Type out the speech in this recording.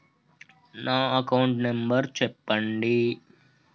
నా account number చెప్పండి?